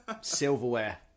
Silverware